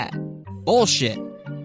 Bullshit